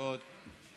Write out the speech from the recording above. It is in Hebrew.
לא עוד.